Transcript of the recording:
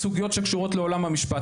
סוגיות שקשורות לעולם המשפט.